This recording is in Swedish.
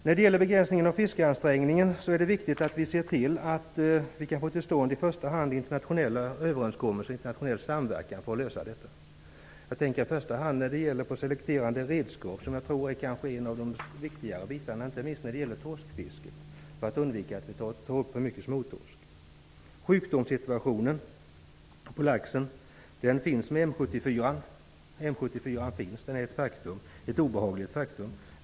När det gäller begränsningen av fiskeansträngningen är det viktigt att vi ser till att vi kan få internationell samverkan och internationella överenskommelser. Jag tänker i första hand på selekterande redskap, som jag tror är en av de viktigare bitarna, inte minst när det gäller torskfisket, för att undvika att vi tar upp för mycket småtorsk. Sjukdomssituationen för laxen är den att M 74 är ett faktum, ett obehagligt faktum.